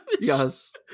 Yes